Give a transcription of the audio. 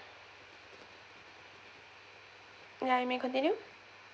ya you may continue